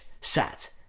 sat